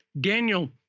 Daniel